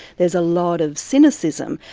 there's a lot of cynicism.